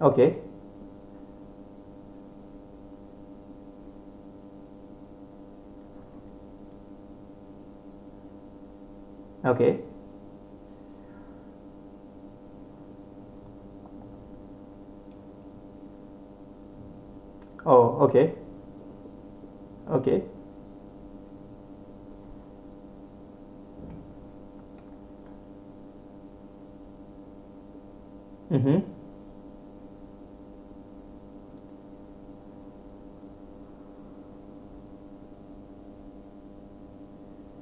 okay okay oh okay okay mmhmm